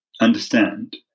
understand